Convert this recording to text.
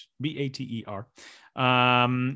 B-A-T-E-R